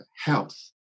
health